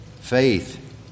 Faith